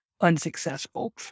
unsuccessful